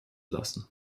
lassen